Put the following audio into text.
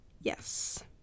Yes